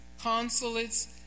consulates